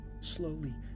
Slowly